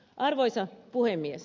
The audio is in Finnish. arvoisa puhemies